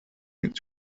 its